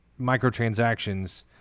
microtransactions